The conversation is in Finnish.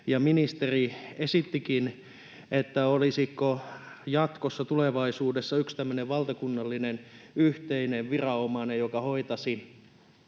ministeri esittikin, että olisiko jatkossa tulevaisuudessa yksi valtakunnallinen yhteinen viranomainen, joka hoitaisi